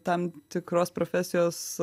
tam tikros profesijos